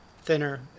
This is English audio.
Thinner